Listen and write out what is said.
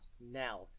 now